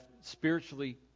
spiritually